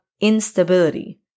instability